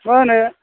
मा होनो